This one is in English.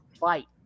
fight